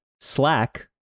Slack